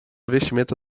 vestimenta